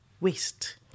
waste